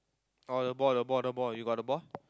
oh the ball the ball the ball you got the ball